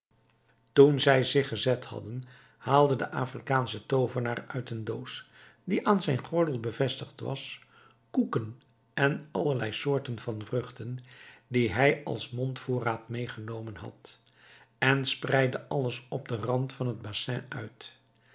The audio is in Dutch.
toen zij zich gezet hadden haalde de afrikaansche toovenaar uit een doos die aan zijn gordel bevestigd was koeken en allerlei soorten van vruchten die hij als mondvoorraad meegenomen had en spreidde alles op den rand van het bassin uit